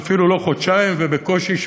ואפילו לא חודשיים ובקושי שבועיים.